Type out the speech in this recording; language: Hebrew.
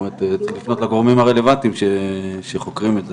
צריך לפנות לגורמים הרלוונטיים שחוקרים את זה.